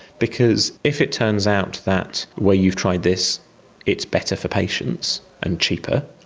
because if it turns out that where you've tried this it's better for patients and cheaper,